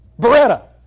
Beretta